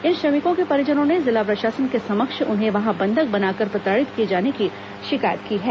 इन श्रमिकों के परिजनों ने जिला प्रशासन के समक्ष उन्हें वहां बंधक बनाकर प्रताड़ित किए जाने की शिकायत की है